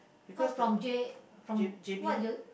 cause from J from what you